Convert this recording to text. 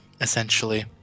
essentially